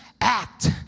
act